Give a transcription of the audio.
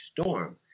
Storm